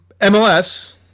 MLS